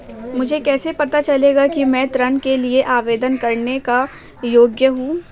मुझे कैसे पता चलेगा कि मैं ऋण के लिए आवेदन करने के योग्य हूँ?